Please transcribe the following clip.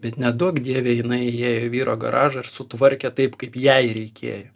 bet neduok dieve jinai įėjo į vyro garažą ir sutvarkė taip kaip jai reikėjo